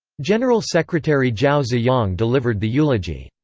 general secretary zhao ziyang delivered the eulogy.